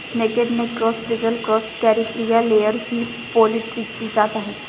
naked neck cross, frizzle cross, Caripriya layers ही पोल्ट्रीची जात आहे